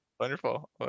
Wonderful